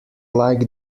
like